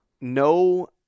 no